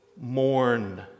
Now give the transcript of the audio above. Mourn